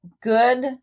good